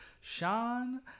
Sean